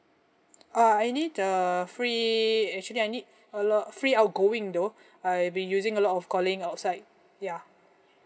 uh I need uh free actually I need a lot free outgoing though I've been using a lot of calling outside ya